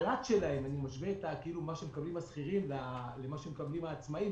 ואני משווה את מה שמקבלים השכירים לעומת מה שמקבלים העצמאים,